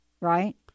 Right